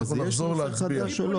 אנחנו נחזור להצביע.